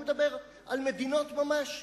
אני מדבר על מדינות ממש.